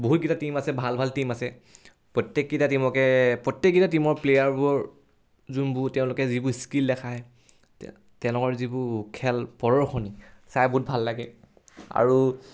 বহুতকেইটা টীম আছে ভাল ভাল টীম আছে প্ৰত্যেককেইটা টিমকে প্ৰত্যেককেইটা টিমৰ প্লেয়াৰবোৰ যোনবোৰ তেওঁলোকে যিবোৰ স্কিল দেখায় তেওঁলোকৰ যিবোৰ খেল প্ৰদৰ্শণী চাই বহুত ভাল লাগে আৰু